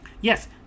Yes